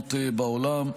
הקיימות בעולם.